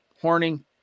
Horning